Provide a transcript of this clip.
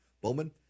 Bowman